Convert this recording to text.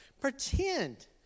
Pretend